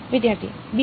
વિદ્યાર્થી બીજો